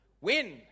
Win